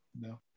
No